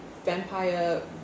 vampire